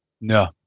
No